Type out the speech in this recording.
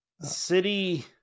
city